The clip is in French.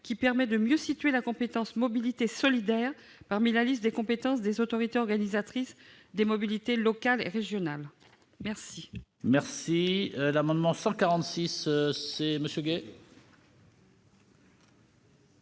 vise à mieux situer la compétence « mobilité solidaire » dans la liste des compétences des autorités organisatrices de la mobilité locales et régionales.